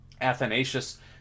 Athanasius